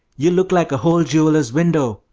you look like a whole jeweller's window!